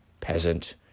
peasant